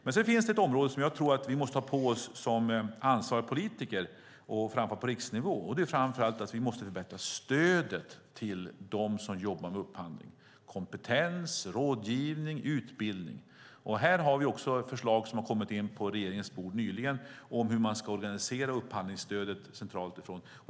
Men det finns ett område som jag tror att vi måste ta på oss som ansvariga politiker, framför allt på riksnivå. Det handlar om att vi måste förbättra stödet till dem som jobbar med upphandling. Det gäller kompetens, rådgivning och utbildning. Här har vi förslag på regeringens bord, som nyligen har kommit in, om hur man ska organisera upphandlingsstödet centralt.